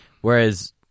Whereas